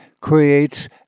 creates